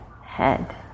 head